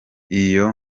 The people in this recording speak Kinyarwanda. iyo